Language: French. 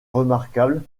remarquable